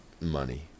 money